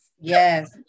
Yes